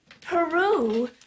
Peru